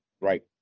right